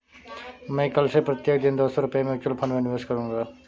मैं कल से प्रत्येक दिन दो सौ रुपए म्यूचुअल फ़ंड में निवेश करूंगा